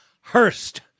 Hurst